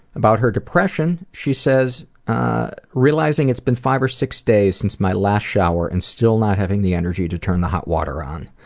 about her depression, she says realizing it's been five or six days since my last shower and still not having the energy to turn the hot water on.